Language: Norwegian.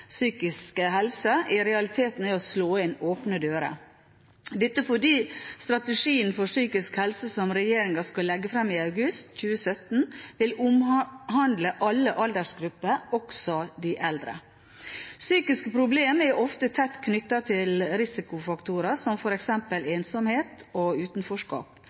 psykisk helse som regjeringen skal legge fram i august 2017, vil omhandle alle aldersgrupper, også de eldre. Psykiske problemer er ofte tett knyttet til risikofaktorer som f.eks. ensomhet og utenforskap.